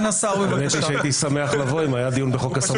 הייתי שמח לבוא אם היה דיון בחוק הסמכויות.